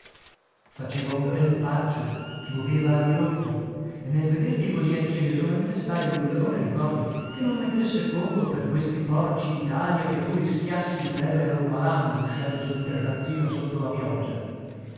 faceva un tempaccio pioveva a dirotto e nel vederti così acceso manifestai l'opinione ricordi che non mettesse conto per questi porci d'italia che tu rischiassi di prendere un malanno uscendo sul terrazzino sotto la pioggia